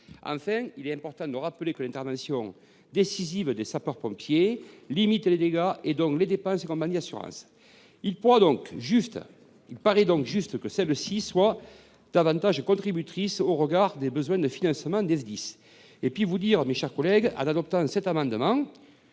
Enfin, il est important de rappeler que l’intervention décisive des sapeurs pompiers limite les dégâts et donc les dépenses des compagnies d’assurances. Il paraît donc juste que celles ci soient davantage contributrices au regard des besoins de financement des Sdis. En adoptant cet amendement,